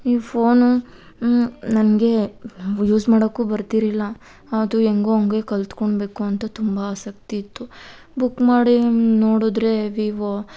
ಈ ಫೋನು ನನಗೆ ಯೂಸ್ ಮಾಡಕ್ಕೂ ಬರ್ತಿರಿಲ್ಲ ಆದರೂ ಹೆಂಗೋ ಹಂಗೆ ಕಲ್ತ್ಕೊಬೇಕು ಅಂತ ತುಂಬ ಆಸಕ್ತಿ ಇತ್ತು ಬುಕ್ ಮಾಡಿ ನೋಡಿದ್ರೆ ವಿವೋ